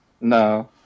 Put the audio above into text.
No